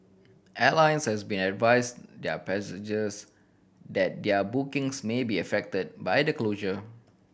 airlines has been advised their passengers that their bookings may be affected by the closure